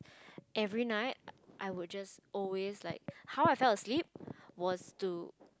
every night I would just always like how I fell asleep was to